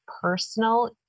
personal